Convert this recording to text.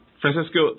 Francisco